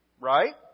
Right